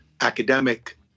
academic